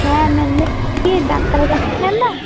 ᱦᱮᱸ ᱢᱮᱱᱫᱟᱹᱧ ᱠᱤ ᱰᱟᱠᱛᱟᱨ ᱨᱮᱢ ᱢᱮᱱᱮᱫᱟ